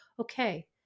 okay